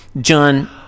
John